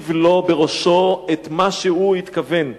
להשיב לו בראשו את מה שהוא התכוון.